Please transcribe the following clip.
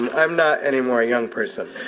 i'm not anymore a young person.